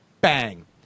bang